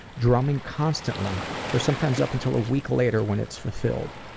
drumming constantly for sometimes up until a week later when it's fulfilled.